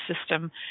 system